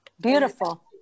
beautiful